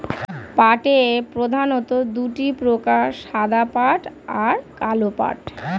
পাটের প্রধানত দুটি প্রকার সাদা পাট আর কালো পাট